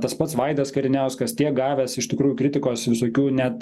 tas pats vaidas kariniauskas tiek gavęs iš tikrųjų kritikos visokių net